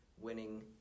winning